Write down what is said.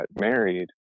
married